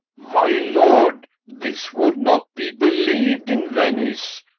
my lord, this would not be believ'd in venice,